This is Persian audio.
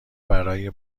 برای